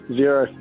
zero